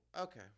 okay